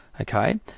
Okay